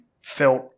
felt